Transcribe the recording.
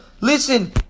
listen